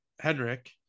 Henrik